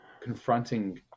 confronting